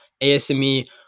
ASME